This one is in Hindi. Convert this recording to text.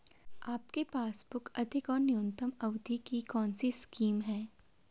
आपके पासबुक अधिक और न्यूनतम अवधि की कौनसी स्कीम है?